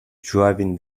driving